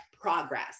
progress